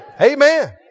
Amen